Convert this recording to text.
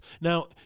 Now